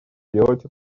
делать